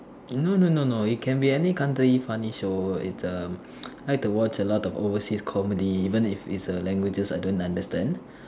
no no no no it can be any country funny show it's um like to watch a lot of overseas comedy then even if it's a languages I don't understand